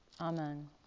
amen